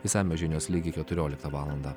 išsamios žinios lygiai keturioliktą valandą